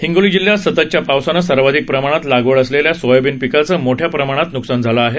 हिंगोली जिल्ह्यात सततच्या पावसानं सर्वाधिक प्रमाणात लागवड असलेल्या सोयाबिन पिकाचं मोठ्या प्रमाणात न्कसान झालं आहे